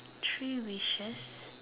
three wishes